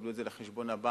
יקבלו את זה לחשבון הבנק,